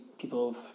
people